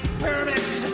pyramids